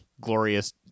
glorious—